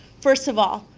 first of all,